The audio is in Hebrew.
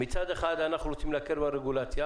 מצד אחד אנחנו רוצים להקל ברגולציה,